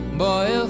boy